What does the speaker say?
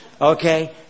Okay